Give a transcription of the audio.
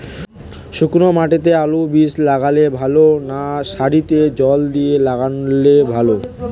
শুক্নো মাটিতে আলুবীজ লাগালে ভালো না সারিতে জল দিয়ে লাগালে ভালো?